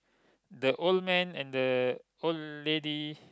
the old man and the old lady